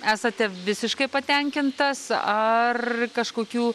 esate visiškai patenkintas ar kažkokių